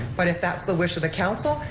but if that's the wish of the council,